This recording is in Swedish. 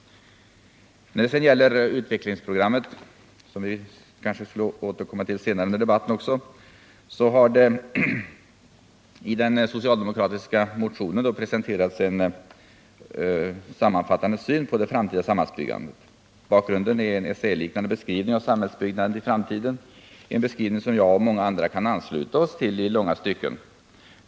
När det sedan gäller utvecklingsprogrammet, som vi kanske skall återkomma till senare under debatten också, har det i den socialdemokratiska motionen presenterats en sammanfattande syn på det framtida samhällsbyggandet. Bakgrunden är en essäliknande beskrivning av samhällsbyggandet i framtiden —en beskrivning som jag och många andra kan ansluta oss till i långa stycken.